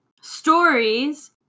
Stories